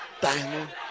Diamond